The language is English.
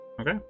Okay